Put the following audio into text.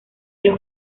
los